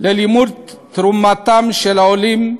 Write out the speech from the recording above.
ללימוד תרומתם של העולים,